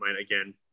again